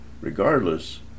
regardless